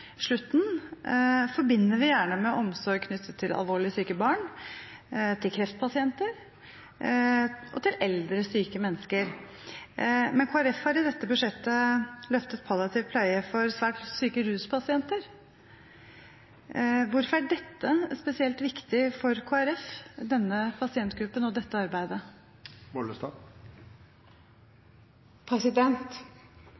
slutten, forbinder vi gjerne med omsorg for alvorlig syke barn, kreftpasienter og eldre, syke mennesker, men Kristelig Folkeparti har i dette budsjettet løftet palliativ pleie for svært syke ruspasienter. Hvorfor er dette spesielt viktig for Kristelig Folkeparti, denne pasientgruppen og dette arbeidet?